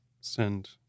send